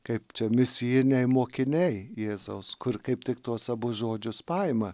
kaip čia misijiniai mokiniai jėzaus kur kaip tik tuos abu žodžius paima